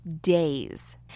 days